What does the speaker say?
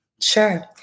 Sure